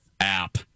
App